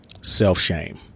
self-shame